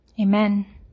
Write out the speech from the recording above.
amen